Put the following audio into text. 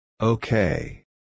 Okay